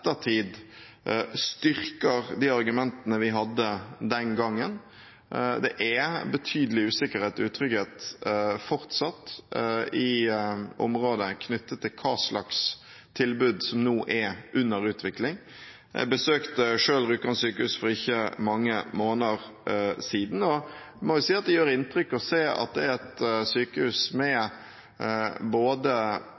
styrker de argumentene vi hadde den gangen. Det er betydelig usikkerhet og utrygghet fortsatt i området knyttet til hva slags tilbud som nå er under utvikling. Jeg besøkte selv Rjukan sykehus for ikke mange måneder siden og må jo si at det gjør inntrykk å se at det er et sykehus med både